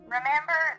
Remember